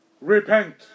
repent